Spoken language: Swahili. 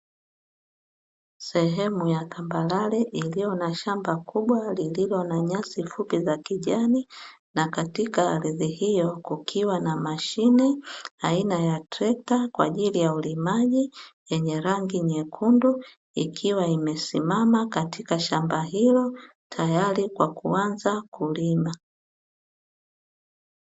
Sehemu ya tambarare iliyo na shamba kubwa lililo na nyasi fupi za kijani. Na katika ardhi hiyo kukiwa na mashine aina ya trekta kwa ajili ya ulimaji yenye rangi nyekundu, ikiwa imesimama katika shamba hilo tayari kwa kuanza kulima.